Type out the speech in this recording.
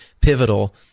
pivotal